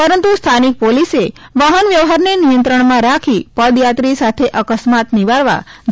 પરંતુ સ્થાનિક પોલીસ વાહનવ્યવહારને નિયંત્રણમાં રાખી પદયાત્રી સાથે અકસ્માત નિવારવા જહેમત ઉઠાવી છે